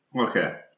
Okay